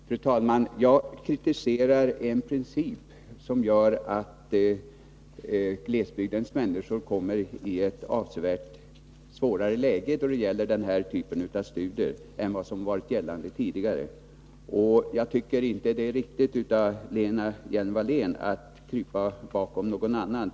Fru talman! Jag kritiserar en princip som gör att glesbygdens människor då det gäller denna typ av studier kommer i ett avsevärt sämre läge än vad som varit fallet tidigare. Det är inte riktigt av Lena Hjelm-Wallén att krypa bakom någon annan.